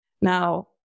Now